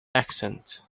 accent